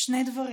שני דברים: